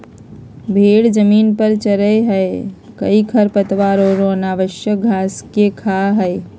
भेड़ जमीन पर चरैय हइ कई खरपतवार औरो अनावश्यक घास के खा हइ